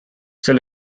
see